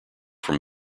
from